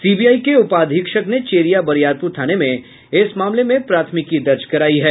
CBI के उपाधीक्षक ने चेरिया बरियारपुर थाने में इस मामले में प्राथमिकी दर्ज करायी है